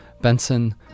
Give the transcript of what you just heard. Benson